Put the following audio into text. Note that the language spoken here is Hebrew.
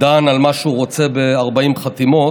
דן על מה שהוא רוצה ב-40 חתימות.